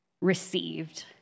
received